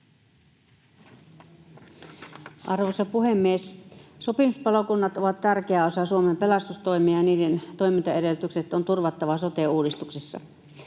Arvoisa puhemies! Sopimuspalokunnat ovat tärkeä osa Suomen pelastustoimea, ja niiden toimintaedellytykset on turvattava sote-uudistuksessa.